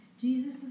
Jesus